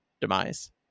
demise